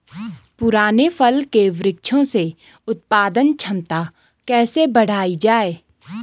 पुराने फल के वृक्षों से उत्पादन क्षमता कैसे बढ़ायी जाए?